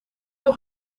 nog